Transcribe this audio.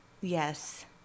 Yes